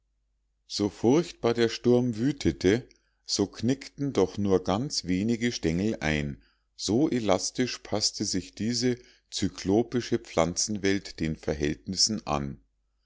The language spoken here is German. so furchtbar der sturm wütete so knickten doch nur ganz wenige stengel ein so elastisch paßte sich diese zyklopische pflanzenwelt den verhältnissen an